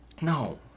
No